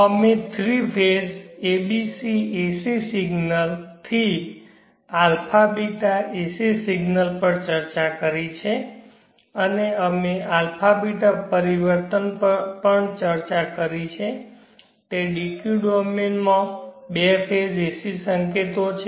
અમે three phase abc AC signals થી α ß AC signals પર ચર્ચા કરી છે અને અમે α ß પરિવર્તન પર પણ ચર્ચા કરી છે તે dq ડોમેન માં બે ફેઝ AC સંકેતો છે